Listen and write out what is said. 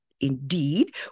Indeed